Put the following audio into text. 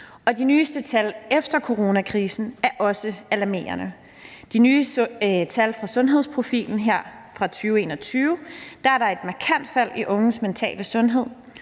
de nyeste tal efter coronakrisen er også alarmerende. De nye tal fra Den Nationale Sundhedsprofil her fra 2021 viser, at der er et markant fald i unges mentale sundhed.